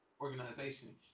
organization